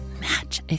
match